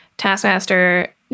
Taskmaster